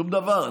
שום דבר.